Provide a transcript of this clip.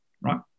right